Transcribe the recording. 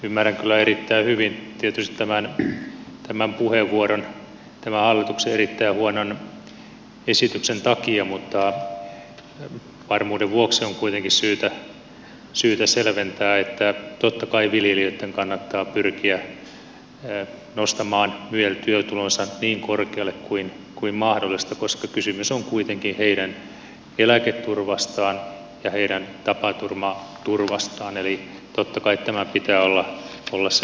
ymmärrän kyllä erittäin hyvin tietysti tämän puheenvuoron tämän hallituksen erittäin huonon esityksen takia mutta varmuuden vuoksi on kuitenkin syytä selventää että totta kai viljelijöitten kannattaa pyrkiä nostamaan myel työtulonsa niin korkealle kuin mahdollista koska kysymys on kuitenkin heidän eläketurvastaan ja heidän tapaturmaturvastaan eli totta kai tämän pitää olla se peruslähtökohta